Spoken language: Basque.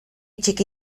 txiki